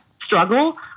struggle